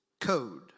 code